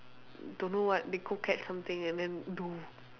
don't know what they cook at something and then do